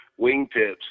wingtips